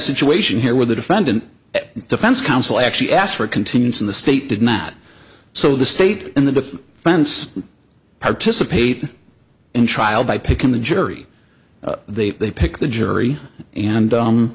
situation here where the defendant defense counsel actually asked for a continuance in the state did not so the state and the fence participate in trial by picking the jury they they pick the jury and